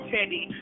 Teddy